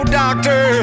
doctor